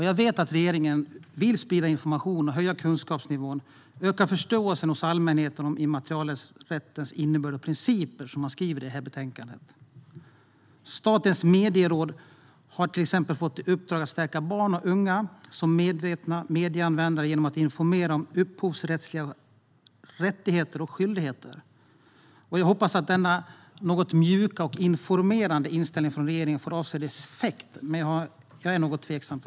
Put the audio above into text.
Jag vet att regeringen vill sprida information, höja kunskapsnivån och öka förståelsen hos allmänheten om immaterialrättens innebörd och principer, som man skriver i detta betänkande. Statens medieråd har till exempel fått i uppdrag att stärka barn och unga som medvetna medieanvändare genom att informera om upphovsrättsliga rättigheter och skyldigheter. Jag hoppas att denna något mjuka och informerande inställning från regeringen får avsedd effekt, men jag är något tveksam.